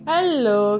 Hello